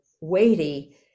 weighty